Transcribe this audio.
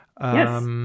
Yes